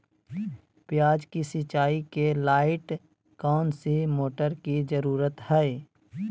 प्याज की सिंचाई के लाइट कौन सी मोटर की जरूरत है?